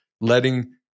letting